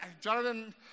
Jonathan